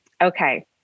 okay